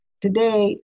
today